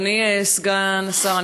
אדוני סגן השר,